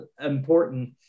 important